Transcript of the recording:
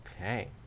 Okay